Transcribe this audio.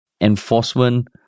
enforcement